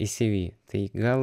į syvy tai gal